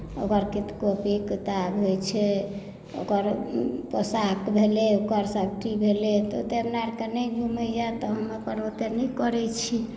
ओकर कॉपी किताब होइत छै ओकर पोशाक भेलै ओकर सभचीज भेलै तऽ ओतेक हमरा आओरके नहि जुड़ैए तऽ हम अपन ओतेक नहि करैत छी